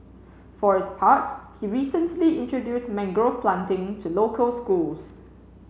for his part he recently introduced mangrove planting to local schools